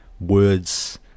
words